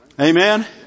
Amen